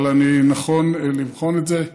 אבל אני נכון לבחון את זה.